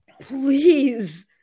Please